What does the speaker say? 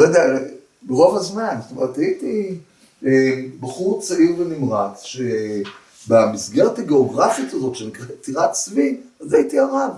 ‫לא יודע, ברוב הזמן, ‫זאת אומרת, הייתי בחור צעיר ונמרץ ‫שבמסגרת הגאוגרפית הזאת ‫שנקראת טירת צבי, ‫אז הייתי הרב,